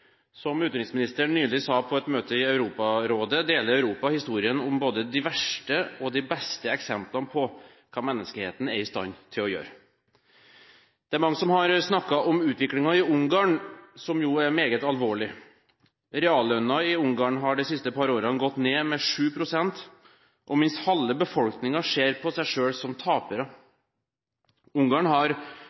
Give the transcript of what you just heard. Som utenriksministeren nylig sa på et møte i Europarådet, deler Europa historien om både de verste og de beste eksemplene på hva menneskeheten er i stand til å gjøre. Det er mange som har snakket om utviklingen i Ungarn, som er meget alvorlig. Reallønnen i Ungarn har de siste par årene gått ned med 7 pst., og minst halve befolkningen ser på seg selv som